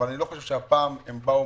אבל אני לא חושב שהפעם הם באו